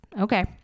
Okay